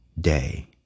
day